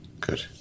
Good